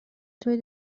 توی